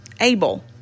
able